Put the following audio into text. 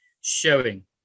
showing